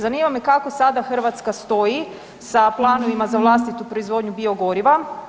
Zanima me kako sada Hrvatska stoji sa planovima za vlastitu proizvodnju bio goriva?